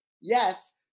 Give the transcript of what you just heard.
Yes